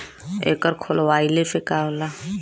एकर खोलवाइले से का होला?